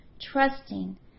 trusting